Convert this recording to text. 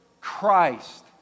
Christ